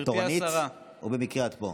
את תורנית או במקרה את פה?